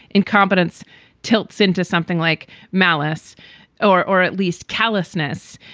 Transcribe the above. incompetence tilts into something like malice or or at least callousness,